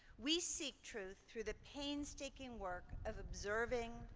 we seek truth through the painstaking work of observing,